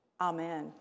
Amen